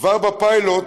כבר בפיילוט